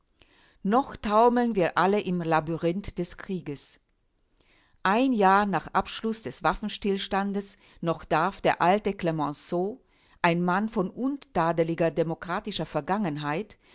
noch taumeln wir alle im labyrinth des krieges ein jahr nach abschluß des waffenstillstandes noch darf der alte clemenceau ein mann von untadeliger demokratischer vergangenheit